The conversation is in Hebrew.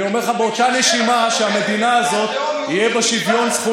כשאתה אומר מדינת לאום